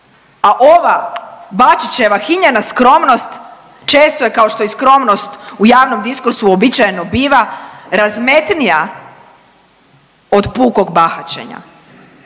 a ova Bačićeva hinjena skromnost često je kao što je i skromnost u javnom diskursu uobičajeno biva razmetnija od pukog bahaćenja.